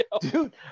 dude